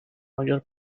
mayor